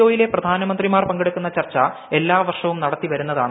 ഒയിലെ പ്രധാനമന്ത്രിമാർ പങ്കെടുക്കുന്ന ചർച്ച എല്ലാ വർഷവും നടത്തിവരുന്നതാണ്